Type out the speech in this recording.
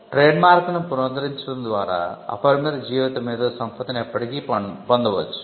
trademark ను పునరుద్ధరించడం ద్వారా అపరిమిత జీవిత మేధో సంపత్తిని ఎప్పటికీ పొందవచ్చు